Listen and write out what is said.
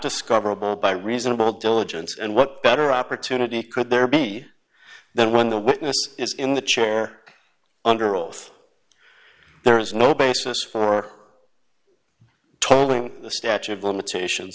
discoverable by reasonable diligence and what better opportunity could there be then when the witness is in the chair under oath there is no basis for tolling the statute of limitations